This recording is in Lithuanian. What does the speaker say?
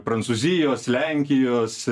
prancūzijos lenkijos